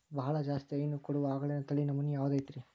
ಬಹಳ ಜಾಸ್ತಿ ಹೈನು ಕೊಡುವ ಆಕಳಿನ ತಳಿ ನಮೂನೆ ಯಾವ್ದ ಐತ್ರಿ?